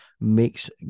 makes